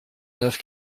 neuf